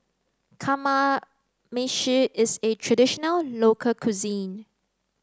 Kamameshi is a traditional local cuisine